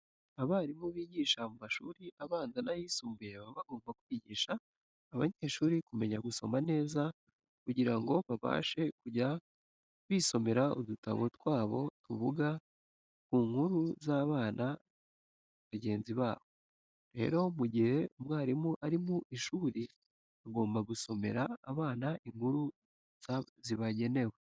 Abarimu bigisha mu mashuri abanza n'ayisumbuye baba bagomba kwigisha abanyeshuri kumenya gusoma neza kugira ngo babashe kujya bisomera udutabo twabo tuvuga ku nkuru z'abana bagenzi babo. Rero mu gihe umwarimu ari mu ishuri agomba gusomera abana inkuru zibagenewe.